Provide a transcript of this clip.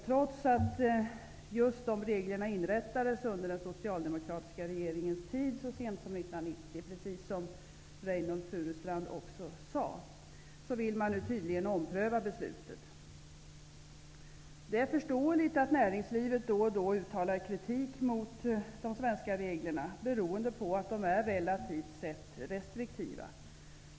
Trots att just de reglerna infördes under den socialdemokratiska regeringens tid -- så sent som 1990, som Reynoldh Furustrand sade -- vill man nu tydligen ompröva det beslutet. Det är förståeligt att näringslivet då och då uttalar kritik mot de svenska reglerna, beroende på att de relativt sett är restriktiva.